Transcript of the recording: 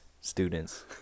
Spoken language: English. students